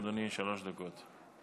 בבקשה, אדוני, שלוש דקות.